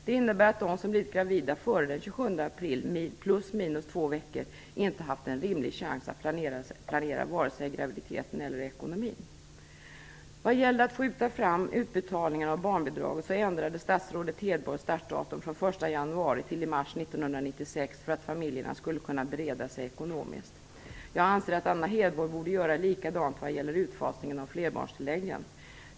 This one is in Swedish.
Det innebär att de som blivit gravida före den 27 april, plus minus två veckor, inte haft en rimlig chans att planera vare sig graviditeten eller ekonomin. Vad gäller att skjuta fram utbetalningen av barnbidraget ändrade statsrådet Hedborg startdatum från januari till mars 1996 för att familjerna skulle kunna bereda sig ekonomiskt. Jag anser att Anna Hedborg borde göra likadant vad gäller utfasningen av flerbarnstilläggen.